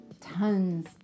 tons